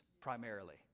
primarily